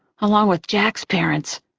along with jack's parents.